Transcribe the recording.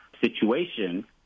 situation